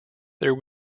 there